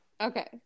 okay